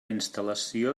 instal·lació